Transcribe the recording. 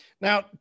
Now